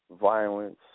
violence